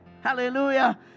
Hallelujah